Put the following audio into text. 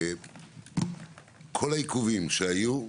כול העיכובים שהיו,